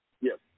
yes